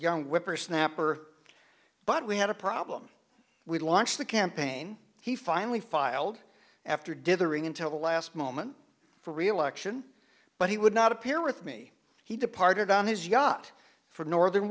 whippersnapper but we had a problem we launched the campaign he finally filed after dithering until the last moment for reelection but he would not appear with me he departed on his yacht for northern